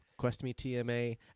QuestMeTMA